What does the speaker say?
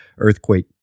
earthquake